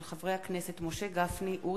של חברי הכנסת משה גפני,